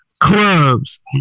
clubs